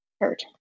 hurt